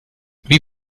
wie